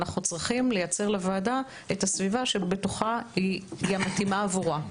אנחנו צריכים לייצר לוועדה את הסביבה שבתוכה היא המתאימה עבורה.